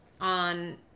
on